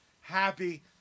happy